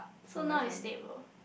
so now is stable